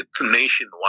nationwide